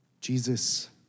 Jesus